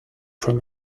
from